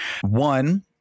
One